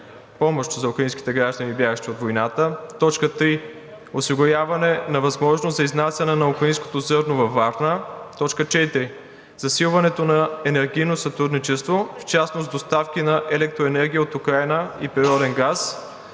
войната. 3. Осигуряване на възможност за изнасяне на украинското зърно във Варна. 4. Засилване на енергийното сътрудничество, в частност доставки на електроенергия от Украйна и природен газ.